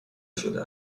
شده